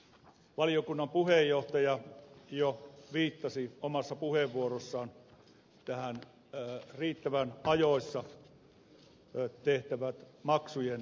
valiokunnan puheenjohtaja jo viittasi omassa puheenvuorossaan näihin riittävän ajoissa tehtäviin maksujen tarkistuksiin